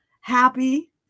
happy